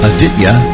Aditya